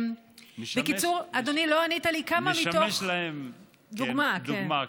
נשמש להם דוגמה.